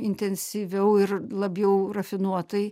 intensyviau ir labiau rafinuotai